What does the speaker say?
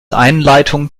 einleitung